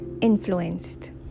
influenced